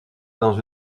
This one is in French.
dans